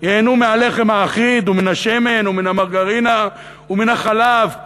ייהנו מהלחם האחיד ומן השמן ומן המרגרינה ומן החלב.